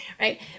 right